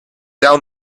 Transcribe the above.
down